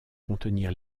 contenir